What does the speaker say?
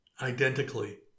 identically